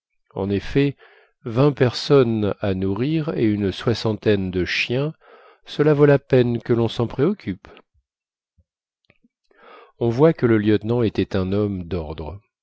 en effet vingt personnes à nourrir et une soixantaine de chiens cela vaut la peine que l'on s'en préoccupe on voit que le lieutenant était un homme d'ordre